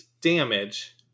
damage